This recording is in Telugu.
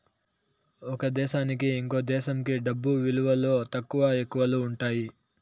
ఒక దేశానికి ఇంకో దేశంకి డబ్బు విలువలో తక్కువ, ఎక్కువలు ఉంటాయి